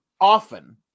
often